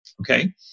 Okay